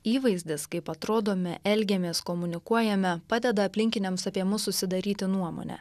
įvaizdis kaip atrodome elgiamės komunikuojame padeda aplinkiniams apie mus susidaryti nuomonę